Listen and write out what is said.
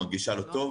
מרגישה לא טוב,